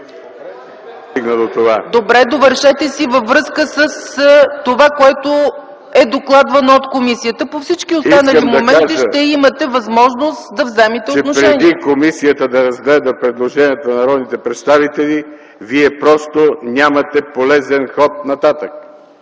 Добре, довършете си във връзка с това, което е докладвано от комисията. По всички останали моменти ще имате възможност да вземете отношение. ГЕОРГИ БОЖИНОВ: Искам да кажа, че преди комисията да разгледа предложението на народните представители Вие просто нямате полезен ход нататък.